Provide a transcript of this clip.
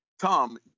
Tom